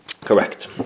Correct